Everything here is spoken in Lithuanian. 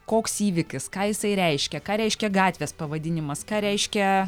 koks įvykis ką jisai reiškia ką reiškia gatvės pavadinimas ką reiškia